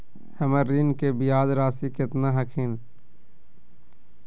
हमर ऋण के ब्याज रासी केतना हखिन?